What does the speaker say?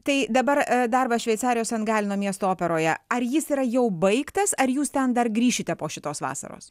tai dabar darbas šveicarijos sen galino miesto operoje ar jis yra jau baigtas ar jūs ten dar grįšite po šitos vasaros